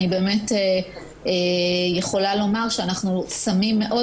אני באמת יכולה לומר שאנחנו שמים מאוד